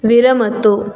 विरमतु